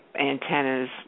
antennas